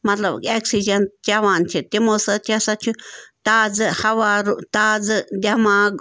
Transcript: مطلب ایٚکسِجَن چٮ۪وان چھِ تِمو سۭتۍ ہَسا چھُ تازٕ ہَوار تازٕ دٮ۪ماغ